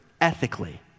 ethically